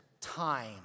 time